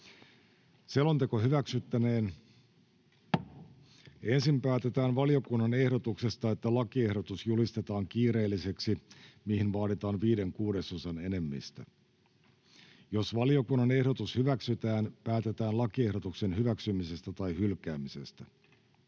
säätämisjärjestyksessä. Ensin päätetään valiokunnan ehdotuksesta, että lakiehdotus julistetaan kiireelliseksi, mihin vaaditaan viiden kuudesosan enemmistö. Jos valiokunnan ehdotus hyväksytään, päätetään lakiehdotuksen hyväksymisestä tai hylkäämisestä.